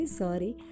sorry